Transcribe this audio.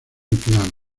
piano